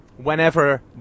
whenever